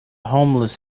homeless